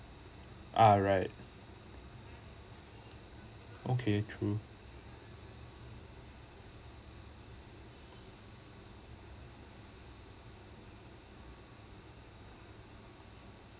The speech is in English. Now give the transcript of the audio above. ah right okay true